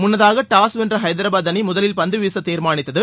முன்னதாக டாஸ்வென்ற ஐதராபாத் அணி முதலில் பந்து வீச தீர்மானித்தது